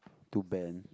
to band